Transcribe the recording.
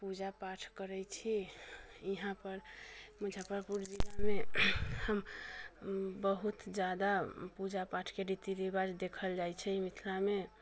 पूजा पाठ करै छी इहाँपर मुजफ्फरपुर जिलामे हम बहुत जादा पूजा पाठके रीति रिवाज देखल जाइ छै अइ मिथिलामे